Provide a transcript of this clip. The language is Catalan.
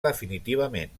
definitivament